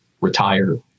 retire